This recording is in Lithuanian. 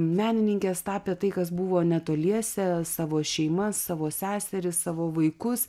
menininkės tapė tai kas buvo netoliese savo šeimas savo seseris savo vaikus